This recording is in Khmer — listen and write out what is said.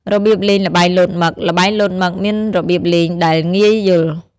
របៀបលេងល្បែងលោតមឹក ល្បែងលោតមឹកមានរបៀបលេងដែលងាយយល់។